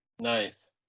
nice